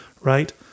right